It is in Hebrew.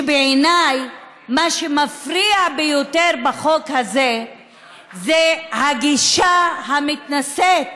בעיניי מה שמפריע ביותר בחוק הזה זה הגישה המתנשאת